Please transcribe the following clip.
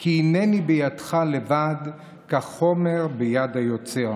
כי הינני בידך לבד כחומר ביד היוצר,